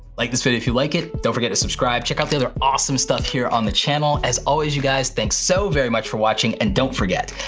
like this video if you like it, don't forget to subscribe, check out the other awesome stuff here on the channel, as always you guys, thanks so very much for watching and don't forget,